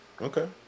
Okay